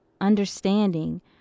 understanding